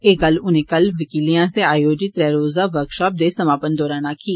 एह् गल्ल उनें कल वकीलें आस्तै आयोजित त्रै रोज़ा वर्कषाप दे समापन दौरान आक्खी